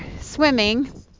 swimming